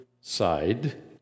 side